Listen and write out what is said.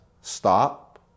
stop